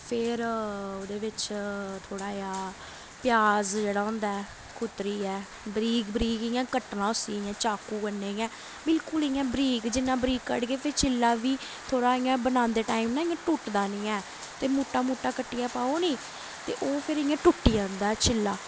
फिर ओह्दे बिच्च थोह्ड़ा जेहा प्याज जेह्ड़ा होंदा ऐ कुतरियै बरीक बरीक इ'यां कट्टना उस्सी इ'यां चाकू कन्नै इ'यां बिल्कुल इ'यां बरीक जिन्ना बरीक कटगे फिर चिल्ला बी थोह्ड़ा इ'यां बनांदे टाइम ना इ'यां टुटदा नेईं ऐ ते मुट्टा मुट्टा कट्टियै पाओ निं ओह् फिरी इ'यां टुट्टी जंदा चिल्ला